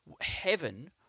Heaven